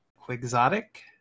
Quixotic